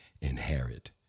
inherit